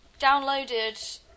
downloaded